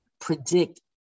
predict